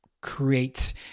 create